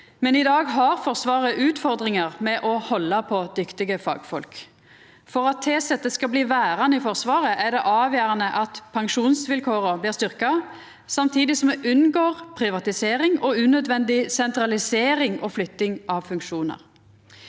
I dag har Forsvaret utfordringar med å halda på dyktige fagfolk. For at tilsette skal bli verande i Forsvaret, er det avgjerande at pensjonsvilkåra blir styrkte, samtidig som me unngår privatisering og unødvendig sentralisering og flytting av funksjonar.